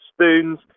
spoons